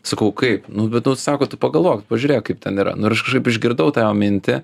sakau kaip nu bet nu sako tu pagalvok pažiūrėk kaip ten yra nu ir aš kažkaip išgirdau tą jo mintį